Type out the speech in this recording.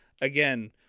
again